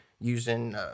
using –